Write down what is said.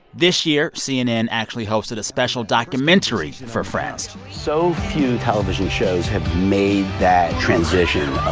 this year, cnn actually hosted a special documentary for friends. so few television shows have made that transition of